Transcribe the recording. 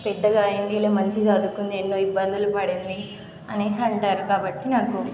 పెద్దగా అయ్యింది ఇలా మంచిగా చదువుకుంది ఎన్నో ఇబ్బందులు పడింది అనేసి అంటారు కాబట్టి నాకు